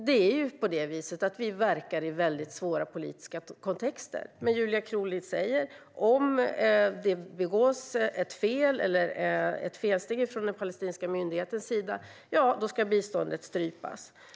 Det är på det viset att vi verkar i väldigt svåra politiska kontexter. Men Julia Kronlid säger: Om det begås ett fel eller ett felsteg från den palestinska myndighetens sida ska biståndet strypas.